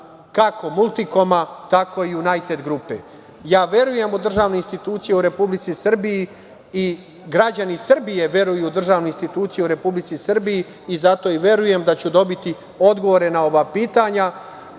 kako „Multikoma“, tako i „Junajted grupe“.Verujem u državne institucije u Republici Srbiji i građani Srbije veruju u državne institucije u Republici Srbiji. Zato i verujem da ću dobiti odgovore na ova pitanja